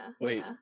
Wait